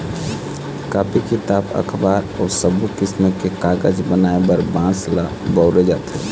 copy, किताब, अखबार अउ सब्बो किसम के कागज बनाए बर बांस ल बउरे जाथे